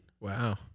Wow